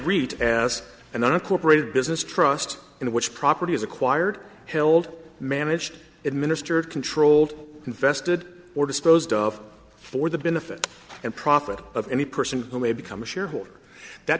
read as another corporate business trust in which property is acquired held managed administered controlled invested or disposed of for the benefit and profit of any person who may become a shareholder that